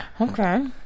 Okay